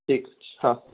ঠিক আছে হাঁ